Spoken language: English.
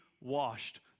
washed